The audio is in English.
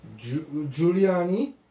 Giuliani